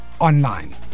online